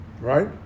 right